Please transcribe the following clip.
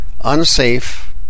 unsafe